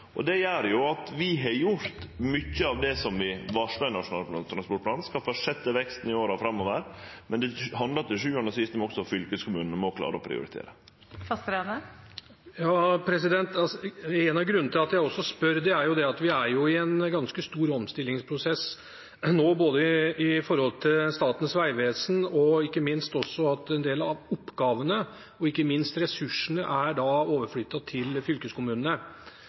fylkesvegar. Det gjer jo at vi har gjort mykje av det som vi varsla i Nasjonal transportplan, og skal fortsetje veksten i åra framover. Men det handlar til sjuande og sist om at også fylkeskommunane må klare å prioritere. En av grunnene til at jeg spør, er at vi er i en ganske stor omstillingsprosess nå, både når det gjelder Statens vegvesen, og også ved at en del av oppgavene og ikke minst ressursene er overflyttet til